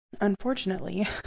Unfortunately